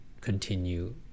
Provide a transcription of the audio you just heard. continue